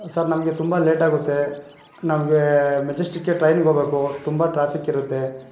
sir ನಮಗೆ ತುಂಬ ಲೇಟಾಗುತ್ತೆ ನಮಗೆ ಮೆಜಸ್ಟಿಕ್ಗೆ ಟ್ರೈನ್ಗೆ ಹೋಗ್ಬೇಕು ತುಂಬ ಟ್ರಾಫಿಕ್ ಇರುತ್ತೆ